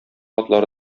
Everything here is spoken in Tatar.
атлары